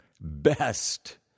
best